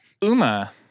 Uma